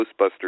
Ghostbusters